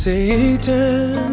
Satan